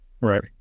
Right